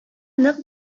нык